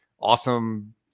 awesome